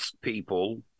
people